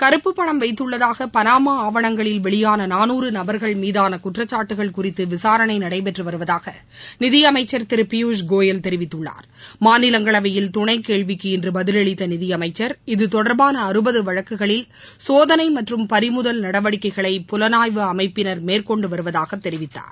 கறுப்புப்பணம்வைத்துள்ளதாகபனாமாஆவணங்களில்வெளியானநானூறுநபர்கள்மீதானகுற்றச்சாட்டுக ள்குறித்துவிசாரணைநடைபெற்றுவருவதாகநிதியமைச்சர்திருபியூஷ்கோயல்தெரிவித்துள்ளார் மாநிலங்களவையில்துணைக்கேள்விக்குஇன்றுபதிலளித்தநிதியமைச்சர்இதுதொடர்பானஅறுபதுவழக்கு களில்சோதனைமற்றும்பறிமுதல்நடவடிக்கைகளைபுலனாய்வுஅமைப்பினர்மேற்கொண்டுவருவதாகதெரிவித் தார்